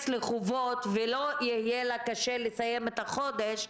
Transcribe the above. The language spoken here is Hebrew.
לחובות ולא יהיה לה קשה לסיים את החודש,